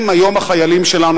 הם היום החיילים שלנו,